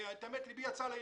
ולמען האמת לבי יצא אל העירייה.